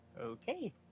Okay